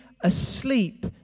asleep